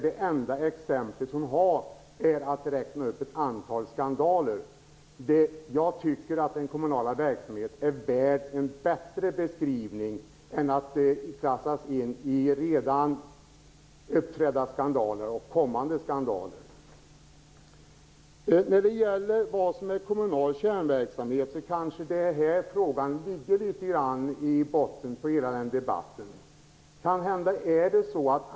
De enda exempel som hon anför är ett antal skandaler. Den kommunala verksamheten är värd en bättre beskrivning än att klassas som redan inträffade och kommande skandaler. Frågan om vad som är kommunal kärnverksamhet ligger till grund för hela denna debatt.